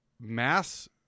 mass